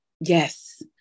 Yes